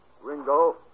Ringo